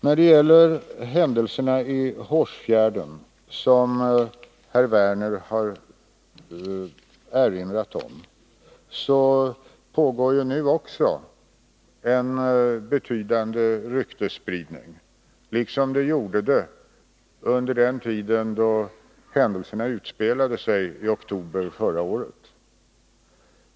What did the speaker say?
När det gäller händelserna i Hårsfjärden, som herr Werner erinrat om, pågår nu en betydande ryktesspridning liksom det gjorde det under den tid då händelserna utspelade sig i oktober förra året.